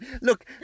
Look